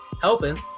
helping